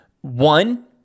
one